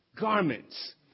garments